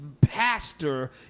pastor